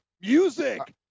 music